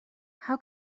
how